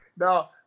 Now